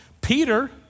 Peter